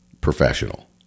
professional